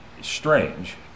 strange